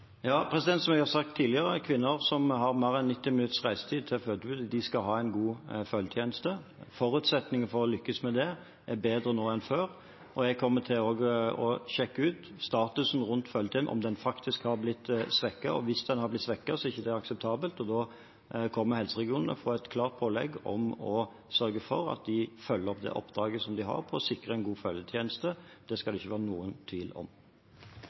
Som jeg har sagt tidligere, kvinner som har mer enn 90 minutter reisetid til fødetilbudet, skal ha en god følgetjeneste. Forutsetningen for å lykkes med det, er bedre nå enn før. Jeg kommer også til å sjekke statusen rundt følgetjenesten, om den faktisk har blitt svekket. Hvis den har blitt svekket, er ikke det akseptabelt. Da kommer helseregionene til å få et klart pålegg om å sørge for at de følger opp det oppdraget de har for å sikre en følgetjeneste. Det skal det ikke være noen tvil om.